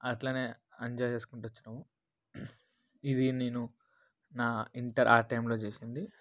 అట్లనే ఎంజాయ్ చేసుకుంటూ వచ్చినాము ఇది నేను నా ఇంటర్ టైములో చేసింది